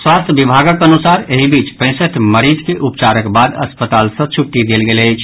स्वास्थ्य विभागक अनुसार एहि बीच पैंसठि मरीज के उपचारक बाद अस्पताल सँ छुट्टी देल गेल अछि